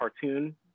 cartoon